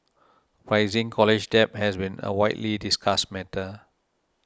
rising college debt has been a widely discussed matter